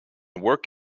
work